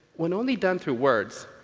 when only done through words,